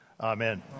Amen